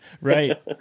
Right